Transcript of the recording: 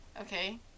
Okay